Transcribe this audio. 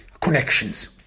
connections